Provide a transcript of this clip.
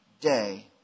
day